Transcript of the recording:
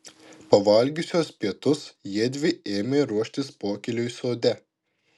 pavalgiusios pietus jiedvi ėmė ruoštis pokyliui sode